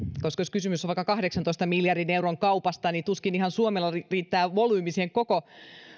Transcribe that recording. koska jos kysymys on vaikka kahdeksantoista miljardin euron kaupasta niin tuskin ihan suomella riittää volyymi sen koko